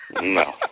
No